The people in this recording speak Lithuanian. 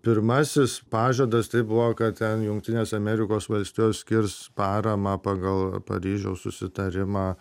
pirmasis pažadas tai buvo kad ten jungtinės amerikos valstijos skirs paramą pagal paryžiaus susitarimą